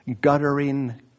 guttering